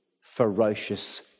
ferocious